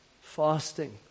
fasting